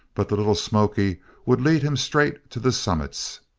but the little smoky would lead him straight to the summits.